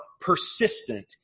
persistent